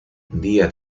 día